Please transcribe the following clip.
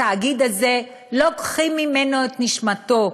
התאגיד הזה, לוקחים ממנו את נשמתו,